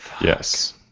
Yes